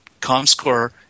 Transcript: Comscore